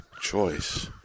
choice